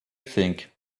think